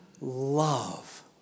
love